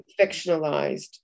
fictionalized